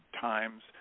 times